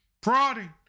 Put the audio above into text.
prodding